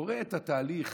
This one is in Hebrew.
וקורה התהליך